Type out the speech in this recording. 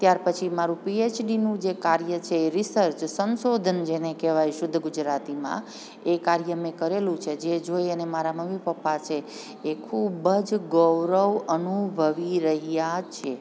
ત્યારપછી મારું પીએચડીનું જે કાર્ય છે એ રિસર્ચ સંસોધન જેને કહેવાય શુદ્ધ ગુજરાતીમાં એ કાર્ય મે કરેલું છે જે જોઈ અને મારા મમ્મી પપ્પા છે એ ખૂબજ ગૌરવ અનુભવી રહ્યા છે